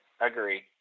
agree